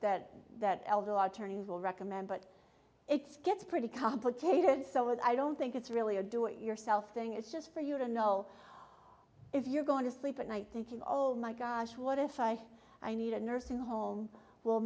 that that elder law attorney will recommend but it gets pretty complicated so i don't think it's really a doing yourself thing it's just for you to know if you're going to sleep at night thinking oh my gosh what if i i need a nursing home will